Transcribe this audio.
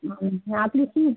हा आणि आपली फी